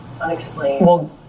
unexplained